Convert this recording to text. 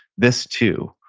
this too,